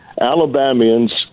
Alabamians